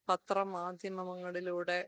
പത്ര മാധ്യമങ്ങളിലൂടെ